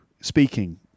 speaking